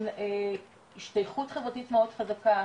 של השתייכות חברתית מאוד חזקה,